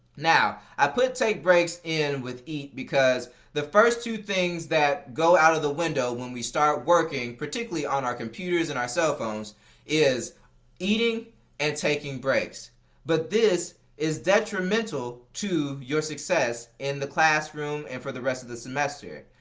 now i put take breaks in with eat because the first two things that go out of the window when we start working particularly on computers and our cellphones is eating and taking breaks but this is detrimental to your success in the classroom and for the rest of the semester.